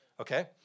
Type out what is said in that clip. okay